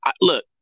Look